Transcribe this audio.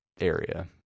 area